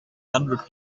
hundred